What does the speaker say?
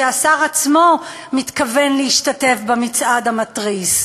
שהשר עצמו מתכוון להשתתף במצעד המתריס.